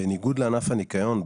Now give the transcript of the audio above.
בניגוד לענף הניקיון,